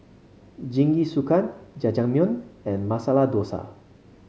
Jingisukan Jajangmyeon and Masala Dosa